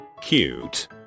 cute